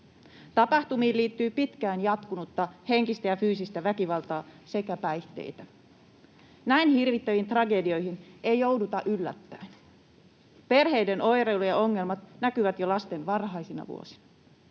Tapahtumiin liittyy pitkään jatkunutta henkistä ja fyysistä väkivaltaa sekä päihteitä. Näin hirvittäviin tragedioihin ei jouduta yllättäen. Perheiden oireilu ja ongelmat näkyvät jo lasten varhaisina vuosina.